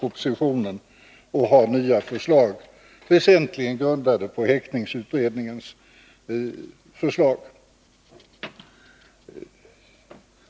Reservanterna presenterar i stället nya förslag, väsentligen grundade på häktningsutredningens förslag.